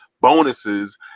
bonuses